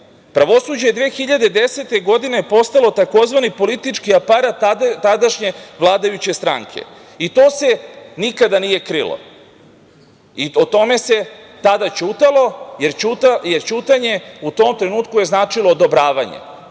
satelita. Pravosuđe je 2010. godine postalo tzv. politički aparat tadašnje vladajuće stranke i to se nikada nije krilo i o tome se tada ćutalo, jer ćutanje u tom trenutku je značilo odobravanje